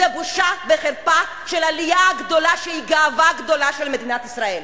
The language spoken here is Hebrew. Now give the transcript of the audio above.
זה בושה וחרפה של העלייה הגדולה שהיא גאווה גדולה של מדינת ישראל.